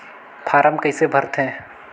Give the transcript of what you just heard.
Form कइसे भरते?